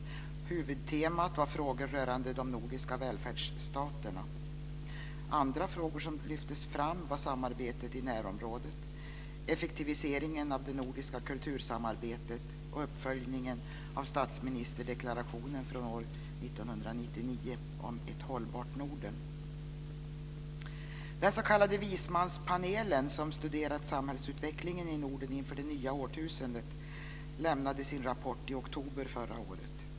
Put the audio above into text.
Huvudtemat var frågor rörande de nordiska välfärdsstaterna. Andra frågor som lyftes fram var samarbetet i närområdet, effektiviseringen av det nordiska kultursamarbetet och uppföljningen av statsministerdeklarationen från år 1999 om ett hållbart Norden. Den s.k. vismanspanelen som studerat samhällsutvecklingen i Norden inför det nya årtusendet lämnade sin rapport i oktober förra året.